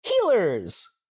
healers